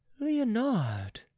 leonard